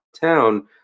town